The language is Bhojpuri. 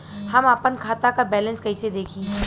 हम आपन खाता क बैलेंस कईसे देखी?